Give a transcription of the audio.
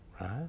Right